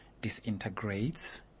disintegrates